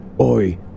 Oi